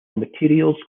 materials